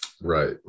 right